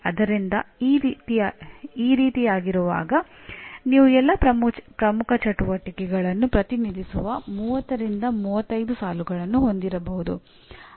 ಒಂದು ವರ್ಷದಿಂದ ಇನ್ನೊಂದು ವರ್ಷಕ್ಕೆ ನಿಮ್ಮ ಚಟುವಟಿಕೆಗಳನ್ನು ನಿರಂತರವಾಗಿ ಸುಧಾರಿಸಲು ನೀವು ಪ್ರಯತ್ನಿಸುತ್ತಿದ್ದೀರಿ ಎಂಬುದನ್ನು ನೀವು ಪ್ರದರ್ಶಿಸಬೇಕು